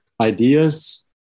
ideas